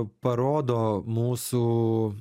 parodo mūsų